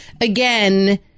again